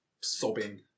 sobbing